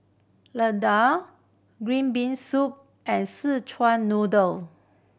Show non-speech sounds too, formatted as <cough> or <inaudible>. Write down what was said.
<unintelligible> green bean soup and sichuan noodle